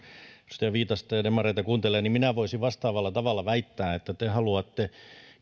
edustaja viitasta ja demareita kuuntelee niin minä voisin vastaavalla tavalla väittää että te ilmeisesti haluatte